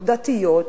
דתיות,